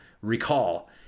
recall